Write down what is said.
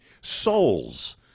souls